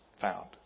found